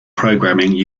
programming